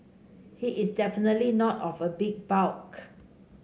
he is definitely not of a big bulk